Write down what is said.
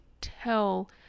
tell